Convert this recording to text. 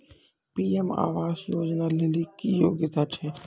PM आवास योजना लेली की योग्यता छै?